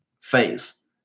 phase